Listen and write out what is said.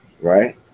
right